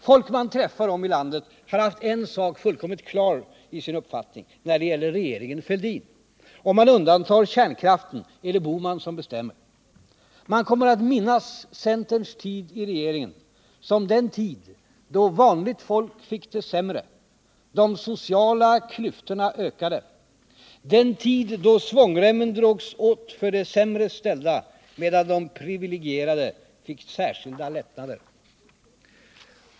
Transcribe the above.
Folk man träffade runt om i landet hade en sak fullkomligt klar för sig när det gällde regeringen Fälldin: Om man undantar kärnkraften var det Bohman som bestämde. Man kommer att minnas centerns tid i regeringen som den tid då vanligt folk fick det sämre, de sociala klyftorna ökade, den tid då svångremmen drogs åt för de sämre ställda medan de privilegierade fick särskilda lättnader.